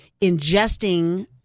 ingesting